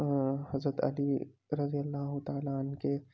حضرت علی رضی اللہ تعالی عنہ کے